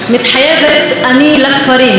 מתחייבת אני לכפרים,